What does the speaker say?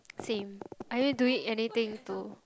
same are you doing anything to